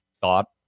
thought